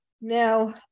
Now